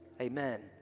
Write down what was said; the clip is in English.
Amen